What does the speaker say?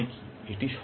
ছাত্র এর মানে কী